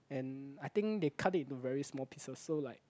and I think they cut it into very small pieces so like